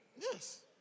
Yes